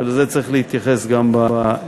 ולזה צריך להתייחס גם בהמשך.